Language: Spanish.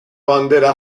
bandera